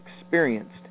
experienced